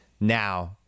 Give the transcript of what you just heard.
Now